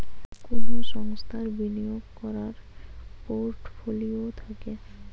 কুনো সংস্থার বিনিয়োগ কোরার পোর্টফোলিও থাকে